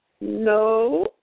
No